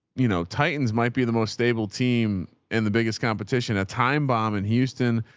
you know, titans might be the most stable team and the biggest competition at time bomb in houston,